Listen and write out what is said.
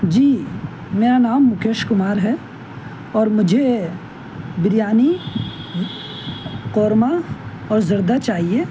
جی میرا نام مکیش کمار ہے اور مجھے بریانی قورمہ اور زردہ چاہیے